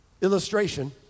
illustration